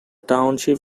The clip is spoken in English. township